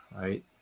right